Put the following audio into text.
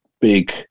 big